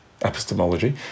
epistemology